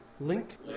Link